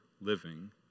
living